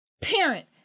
parent